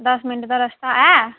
दस मिनट दा रस्ता ऐ